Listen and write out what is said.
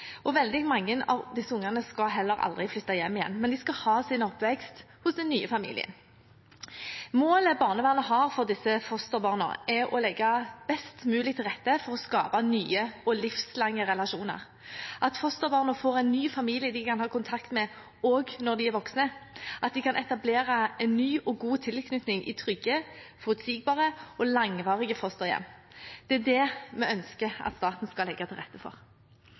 Veldig mange av disse ungene skal heller aldri flytte hjem igjen, men ha sin oppvekst hos den nye familien. Målet barnevernet har for disse fosterbarna, er å legge best mulig til rette for å skape nye og livslange relasjoner, at fosterbarnet får en ny familie de kan ha kontakt med også når de er voksne, at de kan etablere en ny og god tilknytning i trygge, forutsigbare og langvarige fosterhjem. Det er det vi ønsker at staten skal legge til rette for.